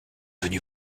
venu